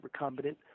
recombinant